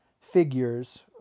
figures